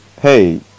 hey